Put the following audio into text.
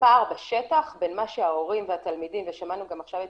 ופער בשטח בין מה שההורים והתלמידים ושמענו גם עכשיו את